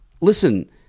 listen